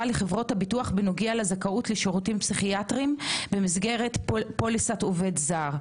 לחברות הביטוח בנוגע לזכאות לשירותים פסיכיאטריים במסגרת פוליסת עובד זר.